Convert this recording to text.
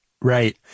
Right